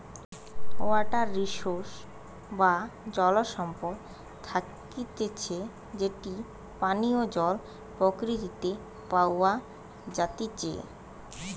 water resource বা জল সম্পদ থাকতিছে যেটি পানীয় জল প্রকৃতিতে প্যাওয়া জাতিচে